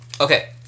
Okay